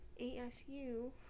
ASU